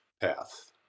path